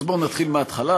אז בואו נתחיל מההתחלה.